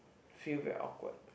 feel very awkward